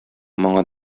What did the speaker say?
моңы